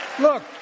Look